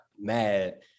mad